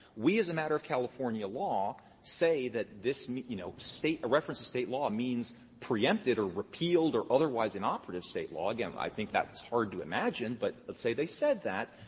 we as a matter of california law say that this you know, state a reference to state law means preempted or repealed or otherwise inoperative state law again, i think that's hard to imagine, but let's say they said that,